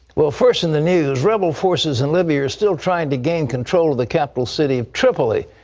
well, first in the news. rebel forces in libya are still trying to gain control of the capital city of tripoli.